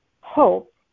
hope